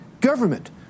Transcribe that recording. government